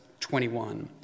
21